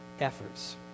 efforts